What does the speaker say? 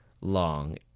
long